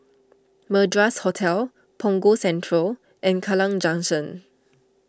Madras Hotel Punggol Central and Kallang Junction